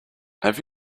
have